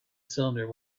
cylinder